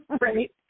Right